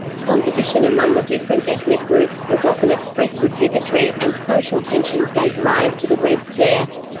competition among the different ethnic groups was often expressed as bigotry, and social tensions gave rise to the red scare.